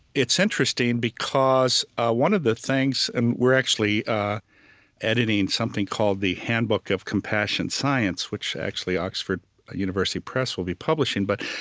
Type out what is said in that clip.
it's interesting because ah one of the things and we're actually editing something called the handbook of compassion science, which oxford university press will be publishing. but